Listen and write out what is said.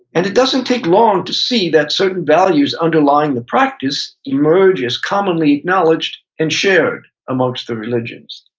and it doesn't take long to see that certain values underlying the practice emerge as commonly acknowledged and shared amongst the religions